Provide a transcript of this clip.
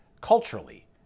culturally